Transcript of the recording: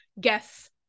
guess